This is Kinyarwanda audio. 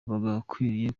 bagakwiye